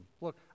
Look